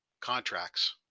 contracts